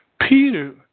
Peter